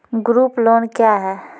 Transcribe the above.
Group loan क्या है?